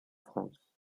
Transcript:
france